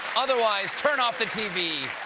otherwise, turn off the tv.